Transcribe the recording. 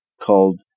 Called